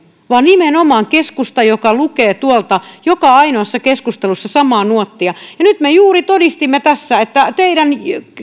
vaan nimenomaan keskusta joka lukee tuolta joka ainoassa keskustelussa samaa nuottia ja nyt me juuri todistimme tässä että teidän